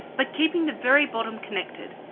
but keeping the very bottom connected.